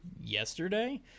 yesterday